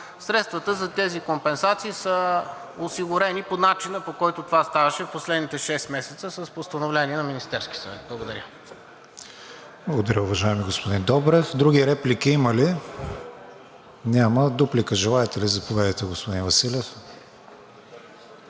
средствата за тези компенсации са осигурени по начина, по който това ставаше в последните шест месеца с постановление на Министерския съвет. Благодаря. ПРЕДСЕДАТЕЛ КРИСТИАН ВИГЕНИН: Благодаря, уважаеми господин Добрев. Други реплики има ли? Няма. Дуплика желаете ли? Заповядайте, господин Василев.